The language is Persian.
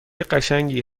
قشنگی